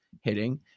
hitting